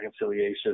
reconciliation